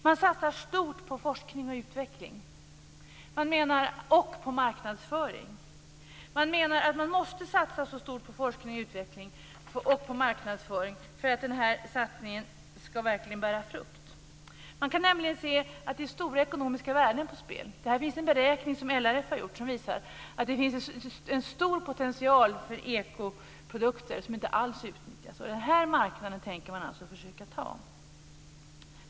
Man satsar stort på forskning och utveckling och på marknadsföring. Man menar att man måste satsa så stort på forskning och utveckling och på marknadsföring för att satsningen verkligen ska bära frukt. Det är nämligen stora ekonomiska värden på spel. En beräkning som LRF har gjort visar att det finns en stor potential för ekoprodukter som inte alls utnyttjas. Den här marknaden tänker man alltså försöka ta.